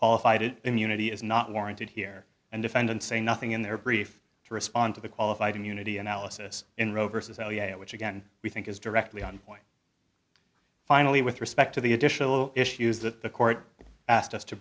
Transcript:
qualified immunity is not warranted here and defendant say nothing in their brief to respond to the qualified immunity analysis in roe vs which again we think is directly on point finally with respect to the additional issues that the court asked us to